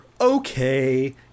okay